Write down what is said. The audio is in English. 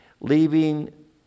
leaving